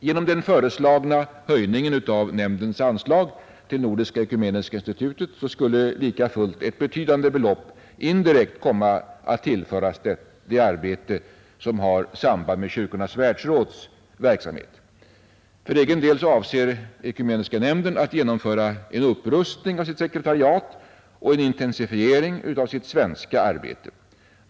Genom den föreslagna höjningen av nämndens anslag till Nordiska ekumeniska institutet skulle likafullt ett betydande belopp indirekt komma att tillföras det arbete som har samband med Kyrkornas världsråds verksamhet. För egen del avser Ekumeniska nämnden att genomföra en upprustning av sitt sekretariat och en intensifiering av sitt svenska arbete.